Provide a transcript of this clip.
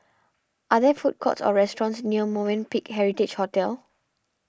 are there food courts or restaurants near Movenpick Heritage Hotel